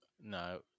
no